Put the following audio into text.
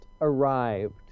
arrived